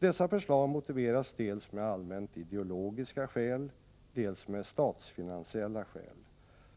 Dessa förslag motiveras dels med allmänt ideologiska skäl, dels med statsfinansiella skäl: